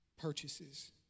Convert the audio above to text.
Purchases